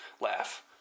Laugh